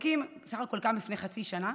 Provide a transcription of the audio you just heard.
בסך הכול הוא קם לפני חצי שנה.